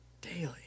daily